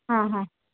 ಹಾಂ ಹಾಂ